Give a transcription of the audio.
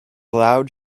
loud